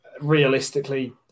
realistically